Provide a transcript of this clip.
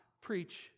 preach